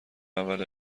اول